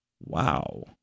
Wow